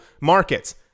markets